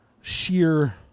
sheer